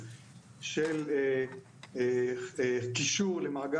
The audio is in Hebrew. נשלח לו איזה אות